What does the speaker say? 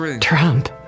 Trump